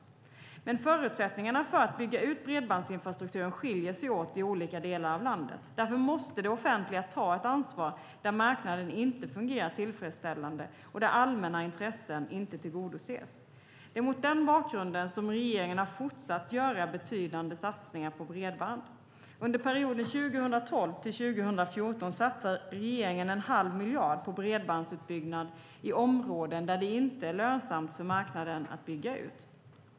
Men förutsättningarna för att bygga ut bredbandsinfrastrukturen skiljer sig åt i olika delar av landet. Därför måste det offentliga ta ett ansvar där marknaden inte fungerar tillfredsställande och där allmänna intressen inte tillgodoses. Det är mot den bakgrunden som regeringen har fortsatt göra betydande satsningar på bredband. Under perioden 2012-2014 satsar regeringen en halv miljard på bredbandsutbyggnad i områden där det inte är lönsamt för marknaden att bygga ut.